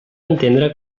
entendre